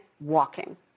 walking